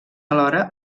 alhora